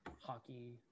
Hockey